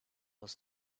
was